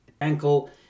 Ankle